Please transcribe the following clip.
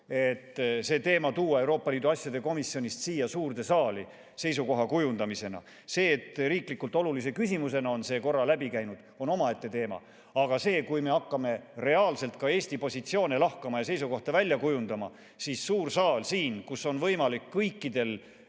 see teema tuleb tuua Euroopa Liidu asjade komisjonist siia suurde saali seisukoha kujundamiseks. See, et riiklikult olulise küsimusena on see siit korra läbi käinud, on omaette teema. Aga kui me hakkame reaalselt Eesti positsioone lahkama ja seisukohta kujundama, siis suur saal, kus on võimalik kõikidel